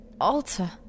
altar